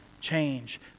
change